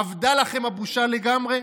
אבדה לכם הבושה לגמרי?